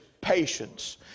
patience